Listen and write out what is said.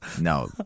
No